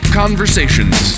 conversations